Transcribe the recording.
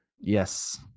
Yes